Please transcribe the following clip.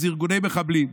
זה ארגוני מחבלים.